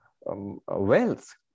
wealth